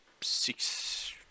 six